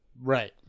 right